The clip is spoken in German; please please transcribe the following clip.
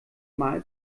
mal